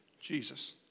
Jesus